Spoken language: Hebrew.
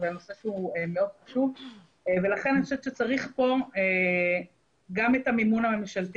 זה נושא שהוא מאוד חשוב ולכן אני חושבת שצריך פה גם את המימון הממשלתי